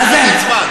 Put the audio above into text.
נאזם,